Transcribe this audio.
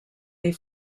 des